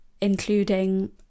including